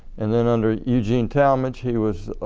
and then under eugene talmadge, he was